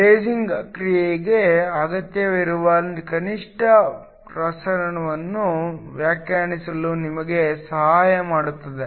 lasing ಕ್ರಿಯೆಗೆ ಅಗತ್ಯವಿರುವ ಕನಿಷ್ಠ ಪ್ರವಾಹವನ್ನು ವ್ಯಾಖ್ಯಾನಿಸಲು ನಿಮಗೆ ಸಹಾಯ ಮಾಡುತ್ತದೆ